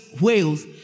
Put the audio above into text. whales